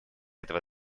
этого